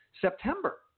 September